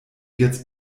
jetzt